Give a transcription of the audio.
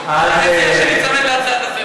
ואני מציע שתיצמד להצעה שלך לסדר-היום.